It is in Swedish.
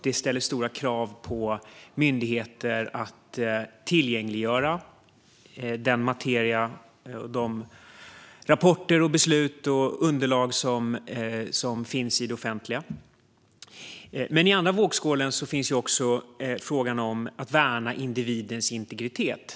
Det ställer stora krav på myndigheter att tillgängliggöra den materia, de rapporter, de beslut och det underlag som finns i det offentliga. I andra vågskålen finns frågan om att värna individens integritet.